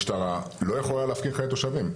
המשטרה לא יכולה להפקיר חיי תושבים.